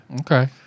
Okay